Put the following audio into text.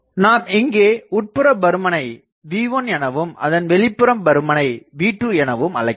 நாம் இங்கே உட்புற பருமனை V1 எனவும் அதன் வெளிப்புற பருமனை V2 எனவும் அழைக்கலாம்